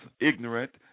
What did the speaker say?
ignorant